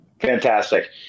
Fantastic